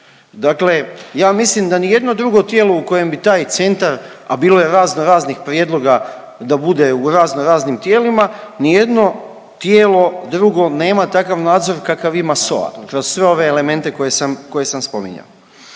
Dakle, ja mislim da nijedno drugo tijelo u kojem bi taj centar, a bilo je raznoraznih prijedloga da bude u raznoraznim tijelima, nijedno tijelo drugo nema takav nadzor kakav ima SOA kroz sve ove elemente koje sam spominjao.